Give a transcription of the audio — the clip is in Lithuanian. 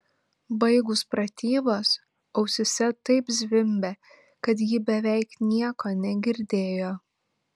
baigus pratybas ausyse taip zvimbė kad ji beveik nieko negirdėjo